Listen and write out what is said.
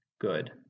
good